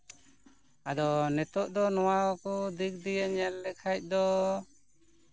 ᱟᱫᱚ ᱱᱤᱛᱳᱜ ᱫᱚ ᱱᱚᱣᱟ ᱠᱚ ᱫᱤᱠ ᱫᱤᱭᱮ ᱧᱮᱞ ᱞᱮᱠᱷᱟᱱ ᱫᱚ